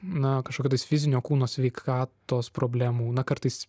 na kažkokios fizinio kūno sveikatos problemų na kartais